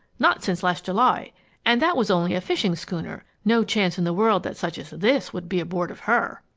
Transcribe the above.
not since last july and that was only a fishing schooner. no chance in the world that such as this would be aboard of her!